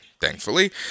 thankfully